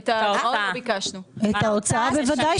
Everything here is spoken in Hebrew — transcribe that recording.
את ההוצאה בוודאי